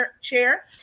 chair